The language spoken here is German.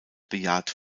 bejaht